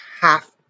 half